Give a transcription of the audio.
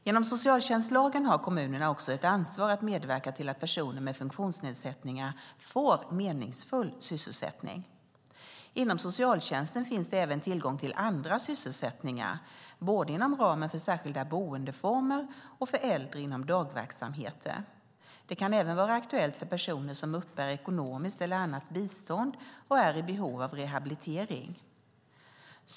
Genom socialtjänstlagen har kommunerna också ett ansvar att medverka till att personer med funktionsnedsättningar får meningsfull sysselsättning. Inom socialtjänsten finns det även tillgång till andra sysselsättningar, både inom ramen för särskilda boendeformer och för äldre inom dagverksamheter. Det kan även vara aktuellt för personer som uppbär ekonomiskt eller annat bistånd och är i behov av rehabilitering.